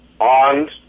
on